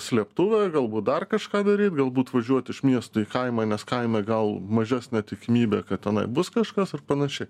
slėptuvę galbūt dar kažką daryt galbūt važiuoti iš miesto į kaimą nes kaime gal mažesnė tikimybė kad tenai bus kažkas ar panašiai